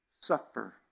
suffer